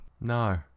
No